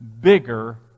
bigger